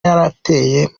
yarateye